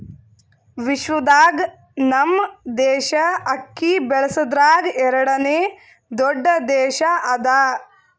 ವಿಶ್ವದಾಗ್ ನಮ್ ದೇಶ ಅಕ್ಕಿ ಬೆಳಸದ್ರಾಗ್ ಎರಡನೇ ದೊಡ್ಡ ದೇಶ ಅದಾ